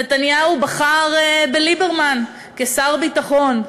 נתניהו בחר בליברמן כשר ביטחון.